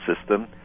system